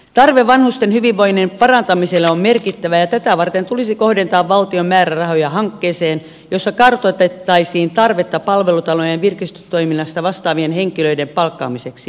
tarve vanhusten hyvinvoinnin parantamiselle on merkittävä ja tätä varten tulisi kohdentaa valtion määrärahoja hankkeeseen jossa kartoitettaisiin tarvetta palvelutalojen virkistystoiminnasta vastaavien henkilöiden palkkaamiseksi